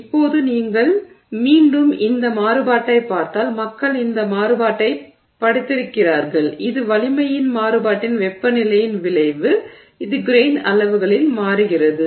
இப்போது நீங்கள் மீண்டும் இந்த மாறுபாட்டைப் பார்த்தால் மக்கள் இந்த மாறுபாட்டைப் படித்திருக்கிறார்கள் இது வலிமையின் மாறுபாட்டின் வெப்பநிலையின் விளைவு இது கிரெய்ன் அளவுகளில் மாறுகிறது